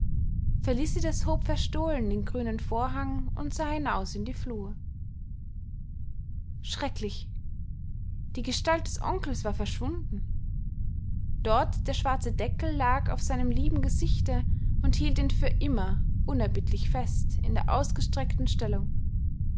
felicitas hob verstohlen den grünen vorhang und sah hinaus in die flur schrecklich die gestalt des onkels war verschwunden dort der schwarze deckel lag auf seinem lieben gesichte und hielt ihn für immer unerbittlich fest in der ausgestreckten stellung